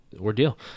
ordeal